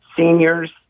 seniors